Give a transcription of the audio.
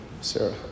Sarah